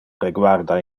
reguarda